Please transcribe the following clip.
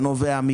ממה זה נובע?